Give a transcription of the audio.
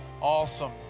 Awesome